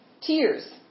tears